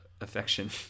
affection